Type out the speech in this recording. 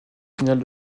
finale